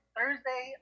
Thursday